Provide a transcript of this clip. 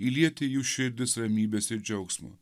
įlieti į jų širdis ramybės ir džiaugsmo